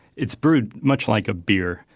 it's brewed much like a beer,